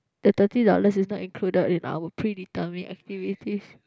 the thirty dollars is not included in our predetermined activity